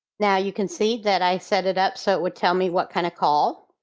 now you can see that i set it up so it would tell me what kind of call,